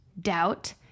doubt